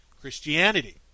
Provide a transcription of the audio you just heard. Christianity